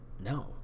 No